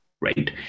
right